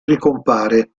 ricompare